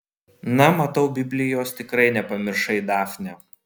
na matau biblijos tikrai nepamiršai dafne